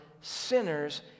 sinners